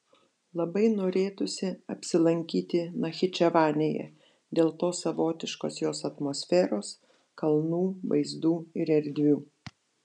labai norėtųsi apsilankyti nachičevanėje dėl tos savotiškos jos atmosferos kalnų vaizdų ir erdvių